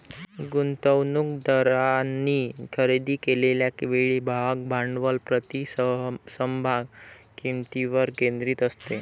गुंतवणूकदारांनी खरेदी केलेल्या वेळी भाग भांडवल प्रति समभाग किंमतीवर केंद्रित असते